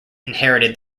inherited